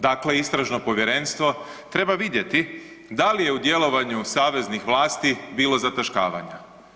Dakle, Istražno povjerenstvo treba vidjeti da li je u djelovanju saveznih vlasti bilo zataškavanja.